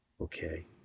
Okay